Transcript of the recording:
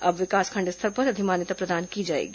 अब विकासखंड स्तर पर अधिमान्यता प्रदान की जाएगी